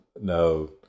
no